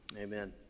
Amen